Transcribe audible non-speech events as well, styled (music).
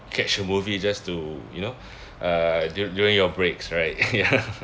catch a movie just to you know uh du~ during your breaks right (laughs) ya